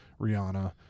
Rihanna